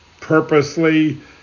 purposely